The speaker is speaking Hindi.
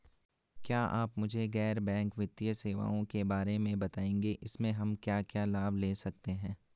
क्या आप मुझे गैर बैंक वित्तीय सेवाओं के बारे में बताएँगे इसमें हम क्या क्या लाभ ले सकते हैं?